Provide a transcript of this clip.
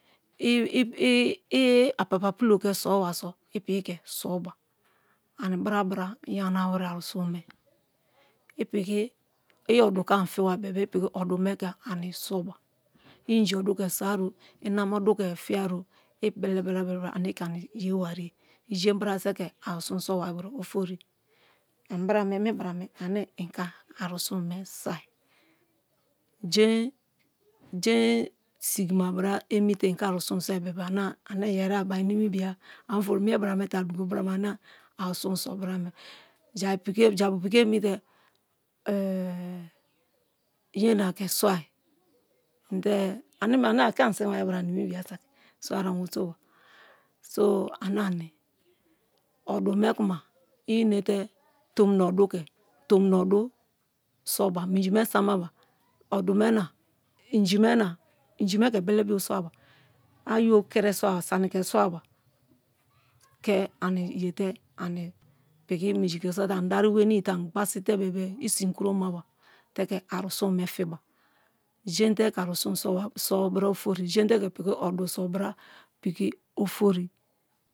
i papa pulo ke soba so i piki ke soba ani bra bra yanawere arusume i piki i odu ke ani fiba bebe-e i piki odume ke ani soba i inji odu ke swaro i nama odu ke fiero i belebra-belebra ane i ke ani ye wariye i jein bra te i ke aru sun sowariye ofori ani brame mi brana ane i ke arusun me soi jein jein sigima bra emi te i ke arusun soi bebe-e ane yeri abari nimibia ane ofori mi bia me te a duko bra me ane arusun so nra me japu piki emi te yena ke swai indere aneme ake inisim ba bra animiya so a ani weriso ba so ana ni odume kuma i nete tomina odu ke tomina odu siba minjin me samaba odu ni na inji mena inji ne ke bele me bio swaba ayo kiri swaba sani kiri swaba ke ani ye te ani piki minji ke swate ani dari wenii ani gbasi te bebe-e i sin kuromaba te ke ani sun me fiba jein te i ke arusun so bra ofori piki odu so bra piki ofori.